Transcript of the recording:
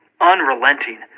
unrelenting